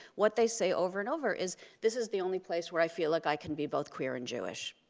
what they say over and over is this is the only place where i feel like i can be both queer and jewish.